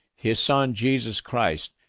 his son jesus christ,